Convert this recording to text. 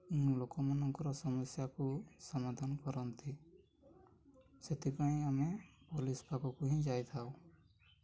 ଲୋକମାନଙ୍କର ସମସ୍ୟାକୁ ସମାଧାନ କରନ୍ତି ସେଥିପାଇଁ ଆମେ ପୋଲିସ୍ ପାଖକୁ ହିଁ ଯାଇଥାଉ